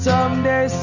Someday